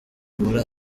muri